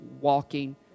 walking